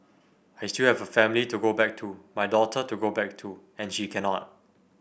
still have a family to go back to my daughter to go back to and she cannot